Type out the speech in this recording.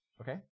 Okay